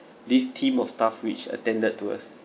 this team of staff which attended to us